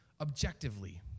objectively